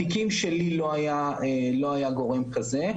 בתיקים שלי לא היה גורם כזה,